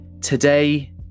Today